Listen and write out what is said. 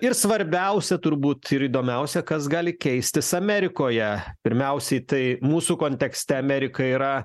ir svarbiausia turbūt ir įdomiausia kas gali keistis amerikoje pirmiausiai tai mūsų kontekste amerika yra